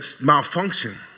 malfunction